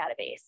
database